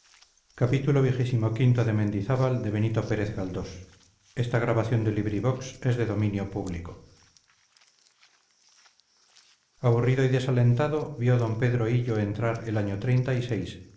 aburrido y desalentado vio d pedro hillo entrar el año